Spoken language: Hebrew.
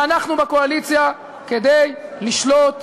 ואנחנו בקואליציה כדי לשלוט,